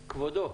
כבודו,